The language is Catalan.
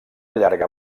llarga